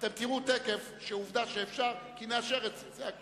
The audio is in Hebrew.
אתם תראו תיכף שעובדה שאפשר כי נאשר את זה,